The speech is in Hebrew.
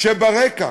כשברקע